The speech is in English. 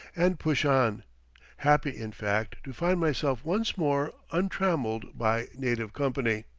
and push on happy, in fact, to find myself once more untrammelled by native company.